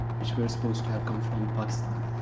which were supposed to have come from pakistan.